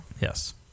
yes